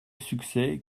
succès